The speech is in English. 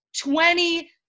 Twenty